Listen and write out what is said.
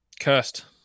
cursed